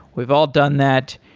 we've all done that.